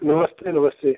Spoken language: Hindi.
नमस्ते नमस्ते